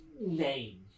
name